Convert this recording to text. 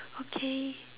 okay